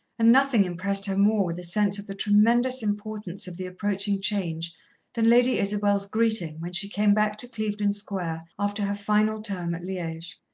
and nothing impressed her more with sense of the tremendous importance of the approaching change than lady isabel's greeting, when she came back to clevedon square after her final term at liege.